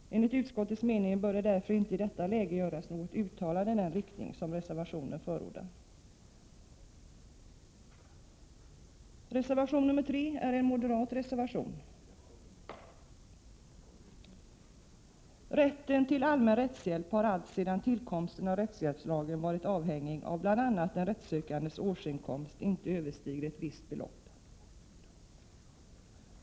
Enligt utskottets mening bör det därför inte i detta läge göras något uttalande i den riktning som reservationen förordar. Reservation 3 är en moderat reservation. Rätten till allmän rättshjälp har alltsedan tillkomsten av rättshjälpslagen varit avhängig bl.a. av att den rättssökandes årsinkomst inte överstiger ett visst belopp.